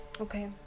Okay